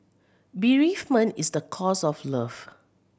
bereavement is the cost of love